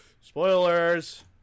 Spoilers